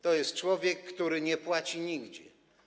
To jest człowiek, który nie płaci nigdzie.